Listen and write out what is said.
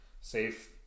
safe